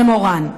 למורן.